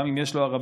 גם אם הוא ערבי",